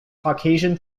caucasian